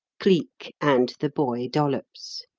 cleek and the boy dollops.